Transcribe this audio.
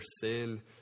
sin